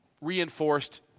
reinforced